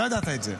לא ידעת את זה.